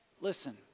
Listen